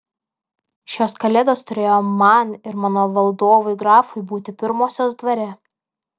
šios kalėdos turėjo man ir mano valdovui grafui būti pirmosios dvare